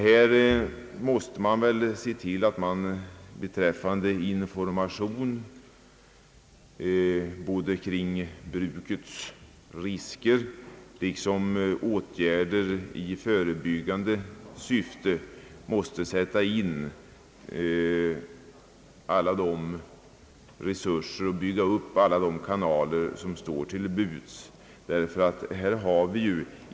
När det gäller information kring narkotikabrukets risker liksom då det gäller åtgärder i förebyggande syfte måste alla tillgängliga resurser sättas in och alla kanaler som står till buds hållas öppna.